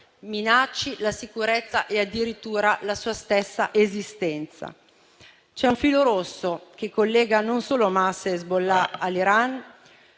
minacci la sicurezza e addirittura la sua stessa esistenza. C'è un filo rosso che collega non solo Hamas e Hezbollah all'Iran,